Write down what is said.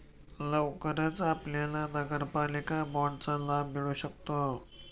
लवकरच आपल्याला नगरपालिका बाँडचा लाभ मिळू शकतो